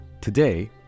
today